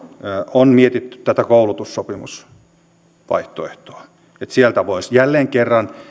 on mietitty tätä koulutussopimusvaihtoehtoa että sieltä voisi jälleen kerran löytyä keino